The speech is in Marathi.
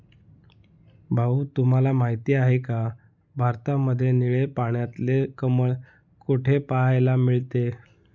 भाऊ तुम्हाला माहिती आहे का, भारतामध्ये निळे पाण्यातले कमळ कुठे पाहायला मिळते?